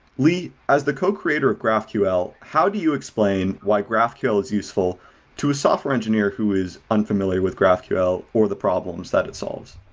lee, as the co-creator graphql, how do you explain why graphql is useful to software engineer who is unfamiliar with graphql or the problems that it solves?